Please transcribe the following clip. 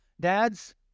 dads